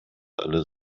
alle